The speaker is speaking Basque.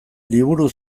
liburu